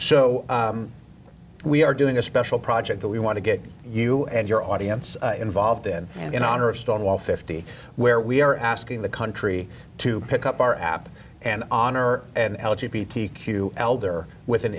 so we are doing a special project that we want to get you and your audience involved in and in honor of stonewall fifty where we are asking the country to pick up our app and honor an elegy t q elder with an